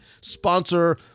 sponsor